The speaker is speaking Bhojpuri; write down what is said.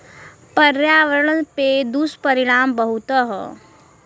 पर्यावरण पे दुष्परिणाम बहुते हौ